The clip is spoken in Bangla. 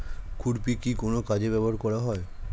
খুরপি কি কোন কাজে ব্যবহার করা হয়?